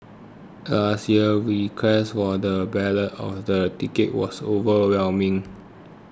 last year request for the ballots of the tickets was overwhelming